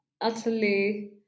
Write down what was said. utterly